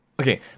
Okay